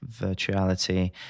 Virtuality